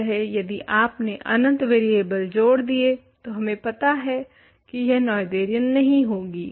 याद रहे यदि आपने अनंत वरियेबल जोड़ दिए तो हमें पता है की यह नोएथेरियन नहीं होगी